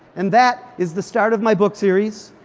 and that is the start of my book series,